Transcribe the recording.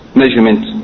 measurement